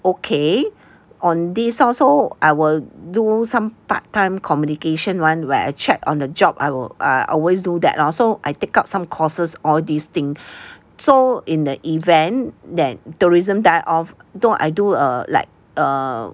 okay on this so I will do some part time communication [one] where I check on the job err I will I always do that lor so I take up some courses all these thing so in the event that tourism die off don't I do err like err